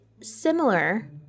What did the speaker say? similar